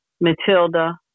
Matilda